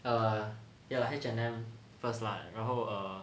err ya lah H&M first lah 然后 err